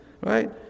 right